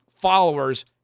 followers